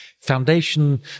Foundation